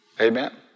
Amen